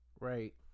Right